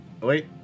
wait